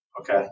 Okay